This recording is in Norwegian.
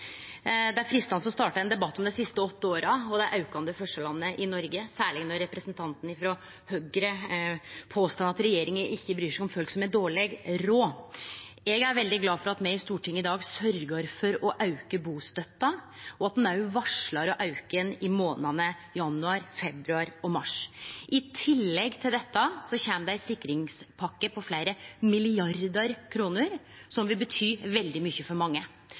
ein debatt om dei siste åtte åra og dei aukande forskjellane i Noreg, særleg når representanten frå Høgre påstår at regjeringa ikkje bryr seg om folk som har dårleg råd. Eg er veldig glad for at me i Stortinget i dag sørgjer for å auke bustøtta, og at ein òg varslar å auke ho i månadene januar, februar og mars. I tillegg kjem det ei sikringspakke på fleire milliardar kroner, noko som vil bety veldig mykje for mange.